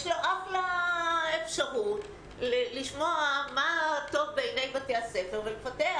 יש לו אחלה אפשרות לשמוע מה טוב בעיני בתי הספר ולפתח